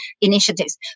Initiatives